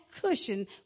cushion